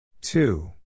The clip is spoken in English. Two